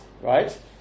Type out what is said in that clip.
right